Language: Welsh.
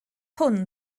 hwn